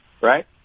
right